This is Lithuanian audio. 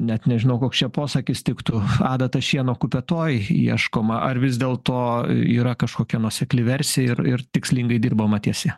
net nežinau koks čia posakis tiktų adata šieno kupetoj ieškoma ar vis dėlto yra kažkokia nuosekli versija ir ir tikslingai dirbama ties ja